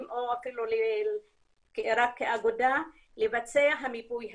או אפילו רק כאגודה לבצע את המיפוי הזה.